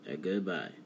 Goodbye